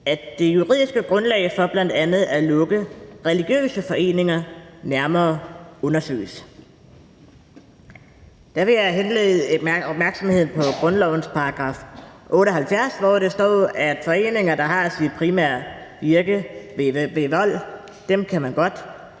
at det juridiske grundlag for bl.a. at lukke religiøse foreninger nærmere undersøges. Der vil jeg henlede opmærksomheden på grundlovens § 78, hvor der står, man godt kan opløse foreninger, der har deres primære virke ved vold. Så den del af